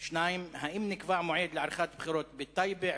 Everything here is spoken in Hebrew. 2. האם נקבע מועד לעריכת בחירות בטייבה,